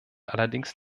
allerdings